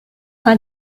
how